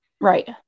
Right